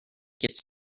gets